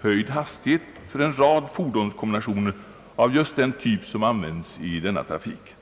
höjd hastighet för en rad fordonskombinationer av just den typ som används i denna trafik.